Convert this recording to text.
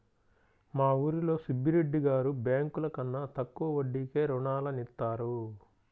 మా ఊరిలో సుబ్బిరెడ్డి గారు బ్యేంకుల కన్నా తక్కువ వడ్డీకే రుణాలనిత్తారు